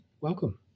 welcome